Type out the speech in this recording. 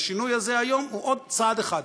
והשינוי הזה היום הוא עוד צעד אחד.